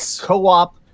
co-op